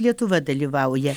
lietuva dalyvauja